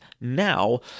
now